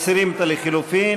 מסירים את הלחלופין.